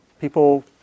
people